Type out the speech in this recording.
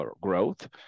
growth